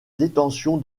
détention